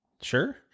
Sure